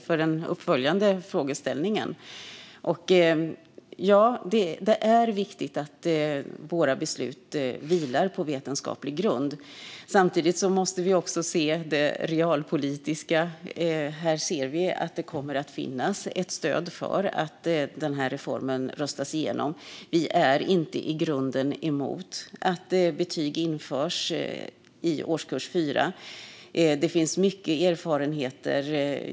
Fru talman! Ja, det är viktigt att våra beslut vilar på vetenskaplig grund. Samtidigt måste vi se det realpolitiska läget, och vi ser att det finns ett stöd för att rösta igenom denna reform. Vi är i grunden inte emot att betyg införs i årskurs 4.